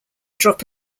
drop